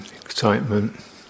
excitement